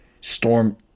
storm